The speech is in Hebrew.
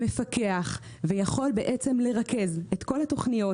מפקח ויכול לרכז את כל התוכניות,